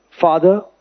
Father